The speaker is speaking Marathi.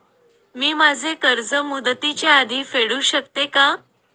मी माझे कर्ज मुदतीच्या आधी फेडू शकते का?